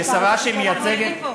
כשרה שמייצגת את,